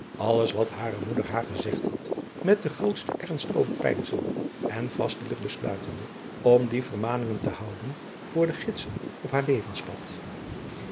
alles wat hare moeder haar gezegd had met den grootsten ernst overpeinzende en vastelijk besluitende om die vermaningen te houden voor de gidsen op haar levenspad